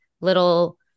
little